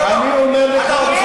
אני לא מתווכח,